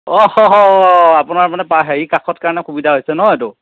আপোনাৰ মানে হেৰি কাষত কাৰণে সুবিধা হৈছে ন এইটো